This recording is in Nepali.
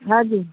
हजुर